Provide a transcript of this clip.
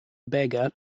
beggar